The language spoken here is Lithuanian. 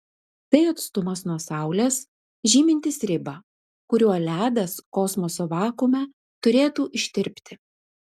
tai atstumas nuo saulės žymintis ribą kuriuo ledas kosmoso vakuume turėtų ištirpti